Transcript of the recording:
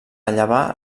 llevar